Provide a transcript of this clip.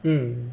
mm